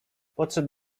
podszedł